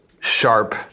sharp